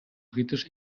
britisch